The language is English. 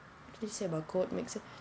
what did they say about code mixer